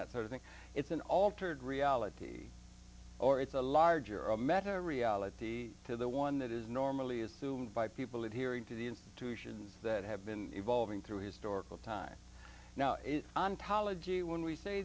that sort of thing it's an altered reality or it's a larger a matter of reality to the one that is normally assumed by people of hearing to the institutions that have been evolving through historical time now ontology when we say